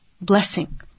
blessing